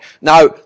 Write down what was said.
now